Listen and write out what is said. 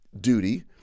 duty